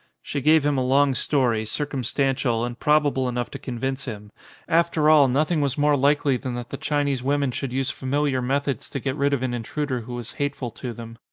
she gave him a long story, circumstantial and probable enough to convince him after all nothing was more likely than that the chinese women should use familiar methods to get rid of an intruder who was hateful to them.